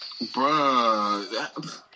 Bruh